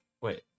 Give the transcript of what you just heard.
Wait